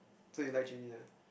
so you like Jun-Yi ah